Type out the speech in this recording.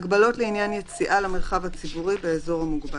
הגבלות לעניין יציאה למרחב הציבורי באזור מוגבל,